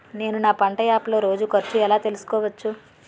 నేను నా పంట యాప్ లో రోజు ఖర్చు ఎలా తెల్సుకోవచ్చు?